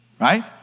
Right